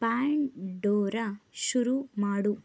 Pandora ಶುರು ಮಾಡು